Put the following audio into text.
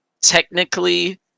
technically